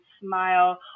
smile